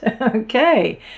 Okay